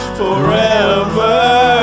forever